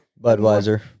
Budweiser